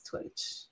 Twitch